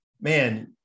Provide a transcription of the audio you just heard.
man